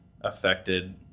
affected